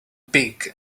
big